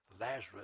Lazarus